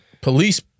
police